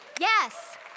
yes